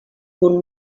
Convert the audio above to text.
punt